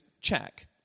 check